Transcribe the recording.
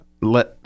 let